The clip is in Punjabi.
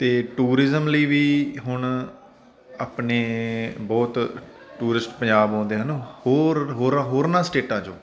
ਤੇ ਟੂਰਿਜ਼ਮ ਲਈ ਵੀ ਹੁਣ ਆਪਣੇ ਬਹੁਤ ਟੂਰਿਸਟ ਪੰਜਾਬ ਆਉਂਦੇ ਹਨ ਹੋਰ ਹੋਰ ਹੋਰਨਾਂ ਸਟੇਟਾਂ ਚੋਂ